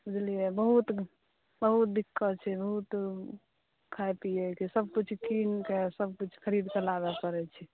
बुझलियै बहुत दिक्कत छै बहुत खाय पिएके बहुत सभ किछु के खरीदके लाबऽ पड़ै छै